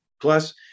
plus